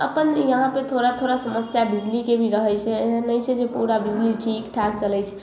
अपन यहाँ पे थोड़ा थोड़ा समस्या बिजलीके भी रहै छै एहन नहि छै जे पूरा बिजली ठीक ठाक चलै छै